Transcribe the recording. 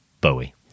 Bowie